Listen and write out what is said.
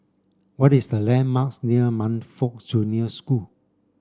what is the landmarks near Montfort Junior School